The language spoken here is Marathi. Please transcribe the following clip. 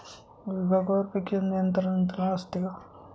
विभागवार पीक नियंत्रण यंत्रणा असते का?